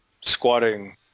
squatting